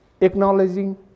acknowledging